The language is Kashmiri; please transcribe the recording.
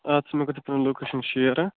آد سا مےٚ کرِو تُہۍ پنٕنۍ لوکیشَن شیر ہاں